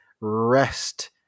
rest